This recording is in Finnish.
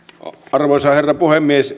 arvoisa herra puhemies